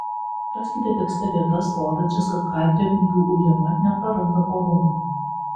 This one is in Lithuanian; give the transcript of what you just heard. raskite tekste vietas rodančias kad katrė vingių ujama nepraranda orumo